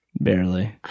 Barely